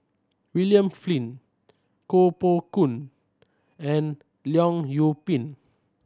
William Flint Koh Poh Koon and Leong Yoon Pin